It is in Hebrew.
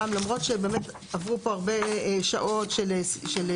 גם למרות שבאמת עברו פה באמת הרבה שעות של דיונים